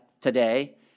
today